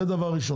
זה דבר ראשון.